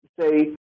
say